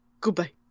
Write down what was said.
Goodbye